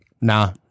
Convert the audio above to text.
Nah